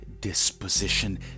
disposition